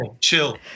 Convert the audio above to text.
Chill